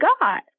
God